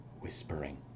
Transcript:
whispering